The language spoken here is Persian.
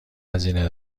هزینه